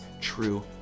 true